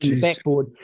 Backboard